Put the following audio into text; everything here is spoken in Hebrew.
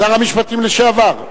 שר המשפטים לשעבר,